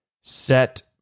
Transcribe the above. set